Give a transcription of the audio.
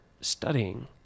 studying